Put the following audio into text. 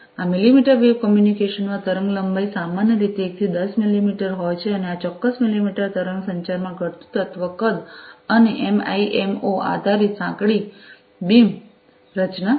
આ millimetre wave communication માં તરંગલંબાઇ સામાન્ય રીતે 1 થી 10 મિલિમીટર હોય છે અને આ ચોક્કસ મિલિમીટર તરંગ સંચારમાં ઘટતું તત્વ કદ અને એમઆઈએમઑ આધારિત સાંકડી બીમ રચના છે